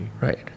Right